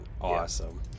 Awesome